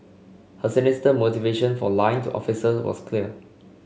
her sinister motivation for lying to officer was clear